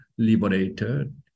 liberated